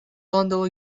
bundle